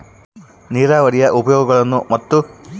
ನೇರಾವರಿಯ ಉಪಯೋಗಗಳನ್ನು ಮತ್ತು?